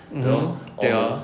mmhmm 对 ah